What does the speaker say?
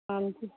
ਹਾਂਜੀ